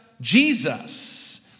Jesus